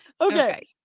Okay